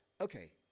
Okay